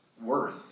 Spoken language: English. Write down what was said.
worth